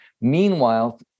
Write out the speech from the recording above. meanwhile